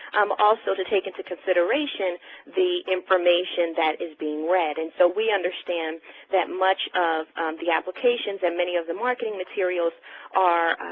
um also to take into consideration the information that is being read. and so we understand that much of the applications and many of the marketing materials are